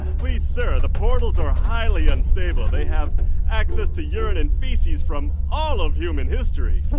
please, sir. the portals are highly unstable. they have access to urine and feces from all of human history